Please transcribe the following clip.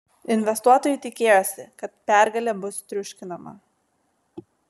investuotojai tikėjosi kad pergalė bus triuškinama